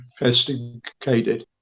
investigated